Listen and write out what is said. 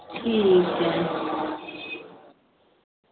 ठीक ऐ